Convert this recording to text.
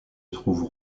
trouvent